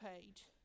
page